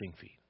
feet